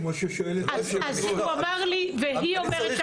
כמו ששואלת חברתי --- אז אם הוא אמר לי והיא אומרת,